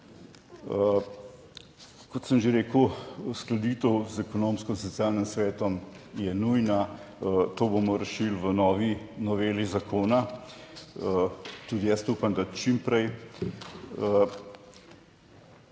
Kot sem že rekel, uskladitev z Ekonomsko-socialnim svetom je nujna, to bomo rešili v novi noveli zakona, tudi jaz upam, da čim prej,